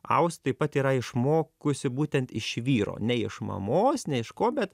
aust taip pat yra išmokusi būtent iš vyro ne iš mamos ne iš ko bet